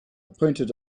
pointed